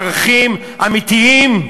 בערכים אמיתיים,